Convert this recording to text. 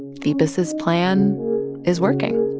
the business plan is working